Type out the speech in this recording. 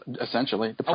essentially